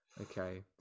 Okay